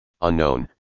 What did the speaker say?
unknown